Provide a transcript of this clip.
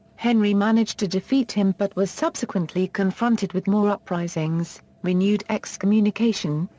henry managed to defeat him but was subsequently confronted with more uprisings, renewed excommunication,